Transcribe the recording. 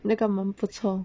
那个蛮不错